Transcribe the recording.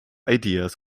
ideas